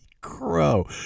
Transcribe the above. crow